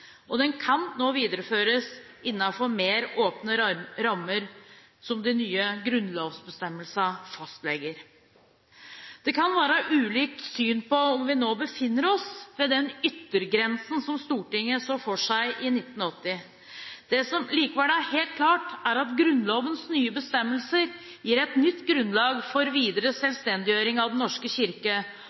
og den kan nå videreføres innenfor mer åpne rammer, som de nye grunnlovsbestemmelsene fastlegger. Det kan være ulike syn på om vi nå befinner oss ved den yttergrensen Stortinget så for seg i 1980. Det som likevel er helt klart, er at Grunnlovens nye bestemmelser gir et nytt grunnlag for videre selvstendiggjøring av Den norske kirke,